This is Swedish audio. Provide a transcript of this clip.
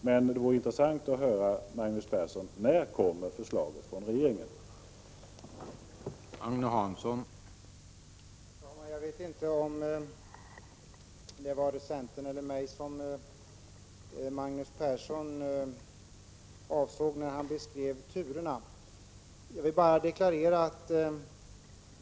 Men det vore intressant att höra, Magnus Persson, när förslaget från regeringen kommer.